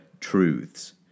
Truths